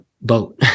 boat